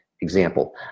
Example